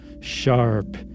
Sharp